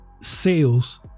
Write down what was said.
sales